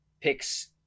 picks